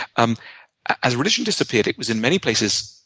um as religion disappeared, it was in many places